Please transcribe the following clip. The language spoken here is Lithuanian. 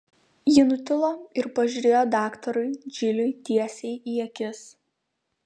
ji nutilo ir pažiūrėjo daktarui džiliui tiesiai į akis